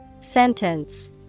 Sentence